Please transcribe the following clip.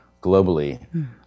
globally